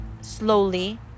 slowly